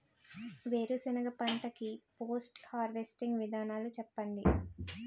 వేరుసెనగ పంట కి పోస్ట్ హార్వెస్టింగ్ విధానాలు చెప్పండీ?